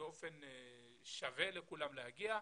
באופן שווה לכולם להגיע,